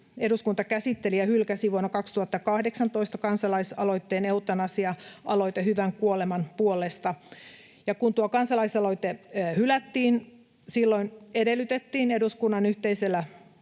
Eduskunta käsitteli ja hylkäsi vuonna 2018 kansalaisaloitteen ”Eutanasia-aloite hyvän kuoleman puolesta”. Kun tuo kansalaisaloite hylättiin, silloin edellytettiin eduskunnan yhteisellä